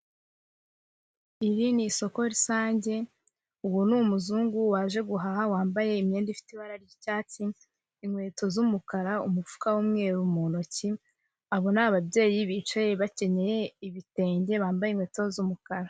Iri ni isoko rusange, uwo ni umuzungu waje guhaha wambaye imyenda ifite ibara ry'icyatsi, inkweto z'umukara, umufuka w'umweru mu ntoki, abo ni ababyeyi bicaye bakenyeye ibitenge bambaye inkweto z'umukara.